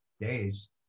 days